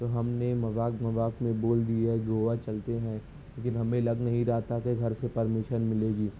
تو ہم نے مذاق مذاق میں بول دیا گوا چلتے ہیں لیکن ہمیں لگ نہیں رہا تھا کہ گھر سے پرمیشن ملے گی